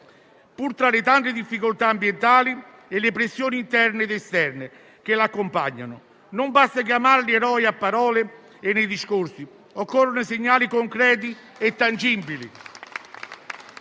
pur tra le tante difficoltà ambientali e le pressioni interne ed esterne che la accompagnano. Non basta chiamarli eroi a parole e nei discorsi, ma occorrono segnali concreti e tangibili